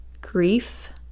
grief